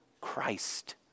Christ